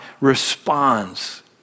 responds